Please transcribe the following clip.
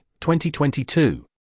2022